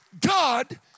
God